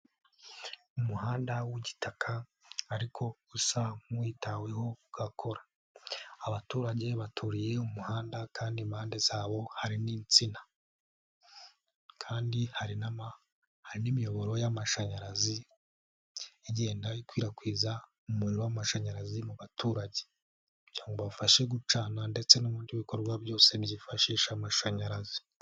Umuhanda w'igitaka ariko usa nk'uwitaweho ugakora. Abaturage baturiye umuhanda kandi impande zawo hari n'insina kandi hari n'imiyoboro y'amashanyarazi igenda ikwirakwiza umuriro w'amashanyarazi mu baturage. Kugira ngo bibafashe gucana ndetse n'ibindi bikorwa byose bizifashisha amashanyarazi.